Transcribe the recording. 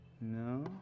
no